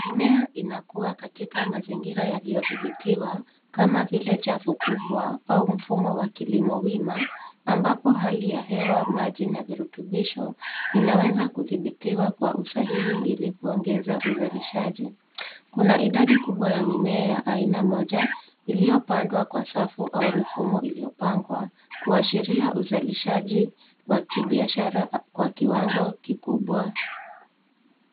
Mimea inakua katika mazingira yaliyodhibitiwa kama vile chafu kubwa au mfumo wa kilimo wima ambapo hali ya hewa, maji na virutubisho vinaweza kudhibiwa kwa usahihi ili kuongeza uzalishaji. Kuna idadi kubwa ya mimea ya aina moja iliyopandwa kwa safu au mfumo iliyopangwa kuashiria uzalishaji wa kibiashara kwa kiwango kikubwa.